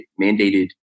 mandated